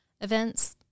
events